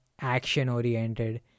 action-oriented